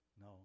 No